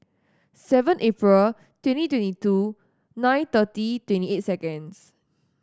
seven April twenty twenty two nine thirty twenty eight seconds